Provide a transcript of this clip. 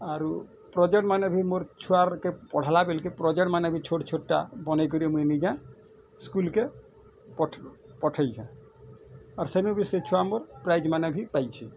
ଆରୁ ପ୍ରୋଜେକ୍ଟମାନେ ଭି ମୋର୍ ଛୁଆବେଲ୍କେ ପଢ଼୍ଲା ବେଲ୍କେ ପ୍ରୋଜେକ୍ଟମାନେ ବି ଛୋଟ୍ ଛୋଟ୍ ଟା ବନାଇକରି ମୁଇଁ ନିଜେ ସ୍କୁଲ୍କେ ପଠ୍ ପଠେଇଁଛେ ଆର୍ ସେନୁ ବି ସେ ଛୁଆ ମୋର୍ ପ୍ରାଇଜ୍ ମାନେ ବି ପାଇଛି